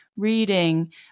reading